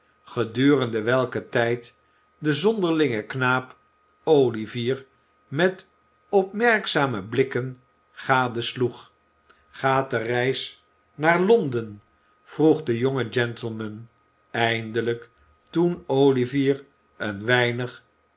gedurende welken tijd de zonderlinge knaap olivier met opmerkzame blikken gadesloeg gaat de reis naar londen vroeg de jonge gentleman eindelijk toen olivier een weinig